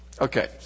Okay